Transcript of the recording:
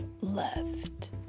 left